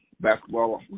basketball